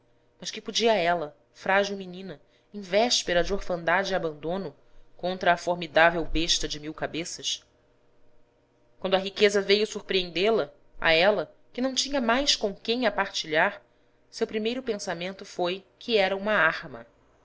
mas que podia ela frágil menina em véspera de orfandade e abandono contra a formidável besta de mil cabeças quando a riqueza veio surpreendê la a ela que não tinha mais com quem a partilhar seu primeiro pensamento foi que era uma arma